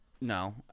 No